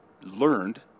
learned